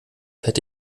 hätte